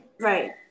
Right